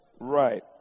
Right